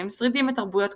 והם שרידים מתרבויות קודמות,